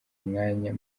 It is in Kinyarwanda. umwanya